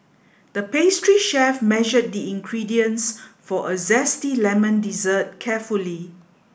the pastry chef measured the ingredients for a zesty lemon dessert carefully